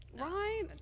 Right